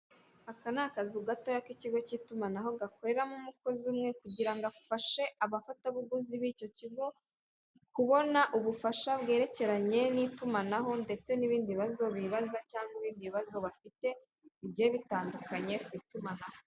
Aka ni akazu gatoya k'ikigo cy'itumanaho, gakoreramo umukozi umwe kugira ngo afashe abafatabuguzi b'icyo kigo kubona ubufasha bwerekeranye n'itumanaho ndetse n'ibindi bibazo bibaza cyangwa ibindi bibazo bafite bigiye bitandukanye ku itumanaho.